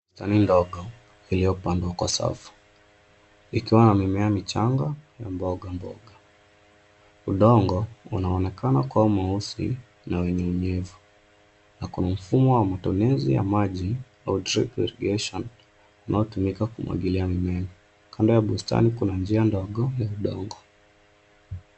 Hii ni mboga iliopandwa kwa safu, ikiwa na mimea mchanga na mboga mboga, udongo inaonekana kuwa mweusi na wenye unyefu na mfumo wa mtonezi wa maji au drip irrigation inayo weza kumwagilia mimea, kando ya bustani kuna njia ndogo ya udongo